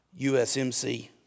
USMC